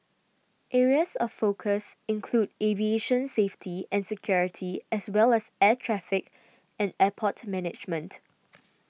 areas of focus include aviation safety and security as well as air traffic and airport management